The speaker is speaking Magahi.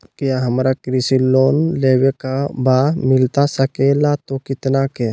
क्या हमारा कृषि लोन लेवे का बा मिलता सके ला तो कितना के?